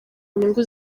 inyungu